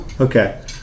okay